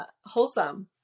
wholesome